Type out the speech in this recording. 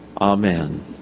Amen